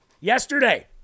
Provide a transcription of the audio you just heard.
Yesterday